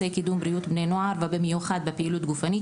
קידום בריאות בני נוער ובמיוחד בפעילות גופנית.